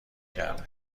کرده